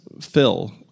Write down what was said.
fill